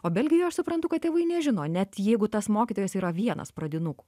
o belgijoje aš suprantu kad tėvai nežino net jeigu tas mokytojas yra vienas pradinukų